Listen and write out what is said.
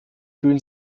fühlen